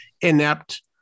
inept